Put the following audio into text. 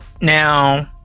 Now